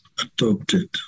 adopted